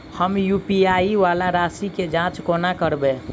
हम यु.पी.आई वला राशि केँ जाँच कोना करबै?